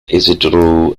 isidro